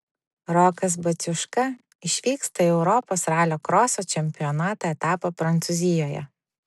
rokas baciuška išvyksta į europos ralio kroso čempionato etapą prancūzijoje